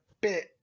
bit